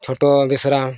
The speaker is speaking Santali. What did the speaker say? ᱪᱷᱳᱴᱳ ᱵᱮᱥᱨᱟ